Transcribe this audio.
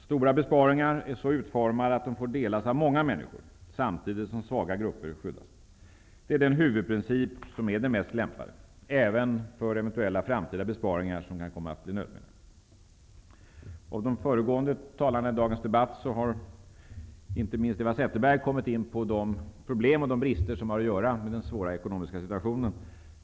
Stora besparingar är så utformade att de får delas av många människor, samtidigt som svaga grupper skyddas. Det är den huvudprincip som är den mest lämpade, även för eventuella framtida besparingar som kan komma att bli nödvändiga. Av de föregående talarna i dagens debatt har inte minst Eva Zetterberg kommit in på de problem och de brister som har att göra med den svåra ekonomiska situationen.